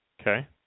Okay